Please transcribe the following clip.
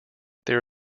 there